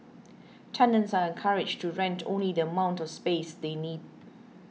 tenants are encouraged to rent only the amount of space they need